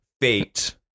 fate